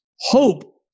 hope